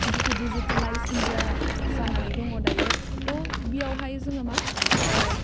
जिथु digitalise India जानानै दङ दायो थह बेयावहाय जोङो मा